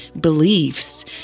beliefs